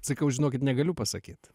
sakau žinokit negaliu pasakyt